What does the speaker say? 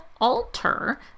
alter